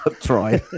try